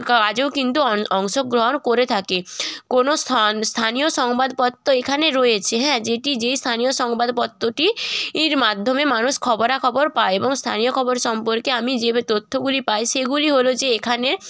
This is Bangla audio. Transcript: কাজও কিন্তু অংশগ্রহণ করে থাকে কোনও স্থান স্থানীয় সংবাদপত্র এখানে রয়েছে হ্যাঁ যেটি যে স্থানীয় সংবাদপত্রটি ইর মাধ্যমে মানুষ খবরাখবর পায় এবং স্থানীয় খবর সম্পর্কে আমি যে তথ্যগুলি পাই সেগুলি হলো যে এখানে